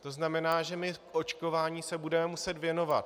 To znamená, že my se očkování budeme muset věnovat.